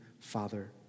Father